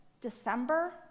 December